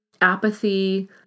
apathy